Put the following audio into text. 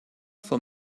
for